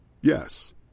Yes